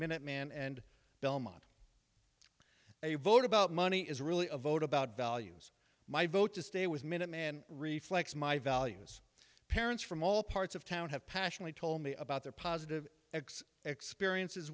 minuteman and belmont a vote about money is really a vote about values my vote to stay with minuteman reflects my values parents from all parts of town have passionately told me about their positive x experiences